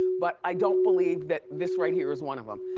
but i don't believe that this right here is one of em.